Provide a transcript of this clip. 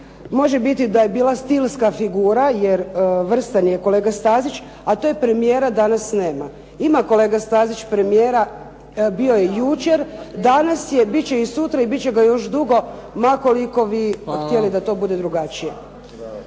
može biti da je bila stilska figura, jer vrstan je kolega Stazić, a to je premijera danas nema. Ima kolega Stazić premijera, bio i jučer. Danas je, bit će ga i sutra, bit će ga još dugo, ma koliko vi htjeli da to bude drugačije.